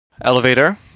Elevator